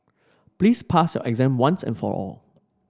please pass your exam once and for all